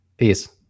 Peace